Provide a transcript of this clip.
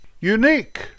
unique